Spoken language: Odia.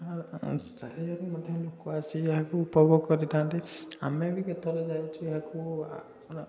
ଚାରିଆଡୁ ମଧ୍ୟ ଲୋକ ଆସି ଏହାକୁ ଉପଭୋଗ କରିଥାନ୍ତି ଆମେ ବି କେତେଥର ଯାଇଛୁ ଏହାକୁ